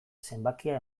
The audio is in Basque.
zenbakia